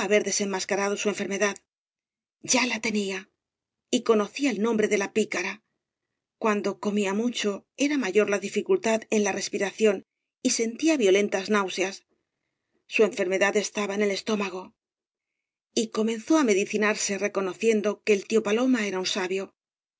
desenmascarado bu enfermedad ya la teníal y conoeia el nombre de la picaral cuando comía mucho era mayor la dificultad en la respiración y sentía violentas náuseas su enfermedad estaba en el estómago y comenzó á medicinarse reconociendo que el tí paloma era un sabio lo